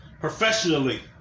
professionally